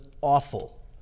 awful